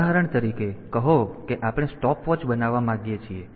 ઉદાહરણ તરીકે કહો કે આપણે સ્ટોપવોચ બનાવવા માંગીએ છીએ